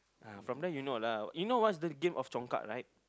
uh from there you know lah you know what's the game of congkak right